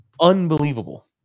unbelievable